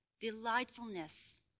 delightfulness